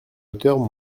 hauteur